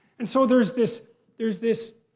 and so there's this there's this